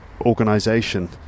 organization